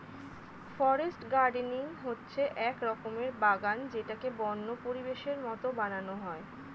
forest gardening হচ্ছে এক রকমের বাগান যেটাকে বন্য পরিবেশের মতো বানানো হয়